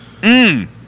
Mmm